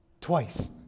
Twice